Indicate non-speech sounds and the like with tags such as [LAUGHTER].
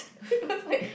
[LAUGHS] I was like